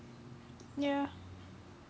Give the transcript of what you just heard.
ya